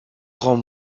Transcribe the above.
grand